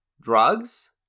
drugs